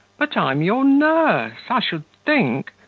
but i'm your nurse i should think.